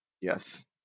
Yes